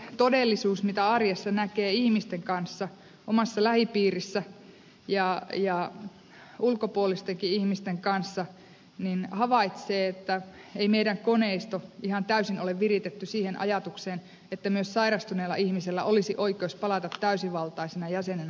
siinä todellisuudessa mitä arjessa näkee ihmisten kanssa omassa lähipiirissä ja ulkopuolistenkin ihmisten kanssa havaitsee että ei meidän koneistomme ole ihan täysin viritetty siihen ajatukseen että myös sairastuneella ihmisellä olisi oikeus palata täysivaltaisena jäsenenä yhteiskuntaan